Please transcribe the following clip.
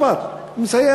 עוד משפט אני מסיים.